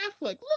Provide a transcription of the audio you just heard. Look